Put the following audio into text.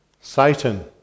Satan